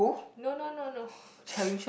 no no no no